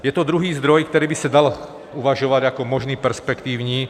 Je to druhý zdroj, který by se dal uvažovat jako možný perspektivní.